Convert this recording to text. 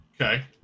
Okay